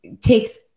takes